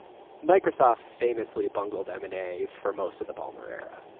microsoft famously bungled m and a for most of the ballmer era.